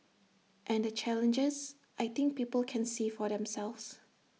and the challenges I think people can see for themselves